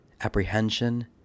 apprehension